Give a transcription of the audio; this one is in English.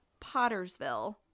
Pottersville